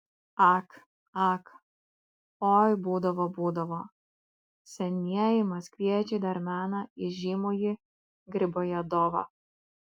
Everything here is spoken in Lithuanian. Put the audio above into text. ak ak oi būdavo būdavo senieji maskviečiai dar mena įžymųjį gribojedovą